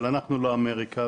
אבל אנחנו לא אמריקה,